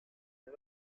est